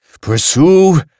Pursue